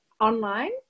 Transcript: online